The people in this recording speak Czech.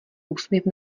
úsměv